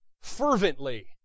fervently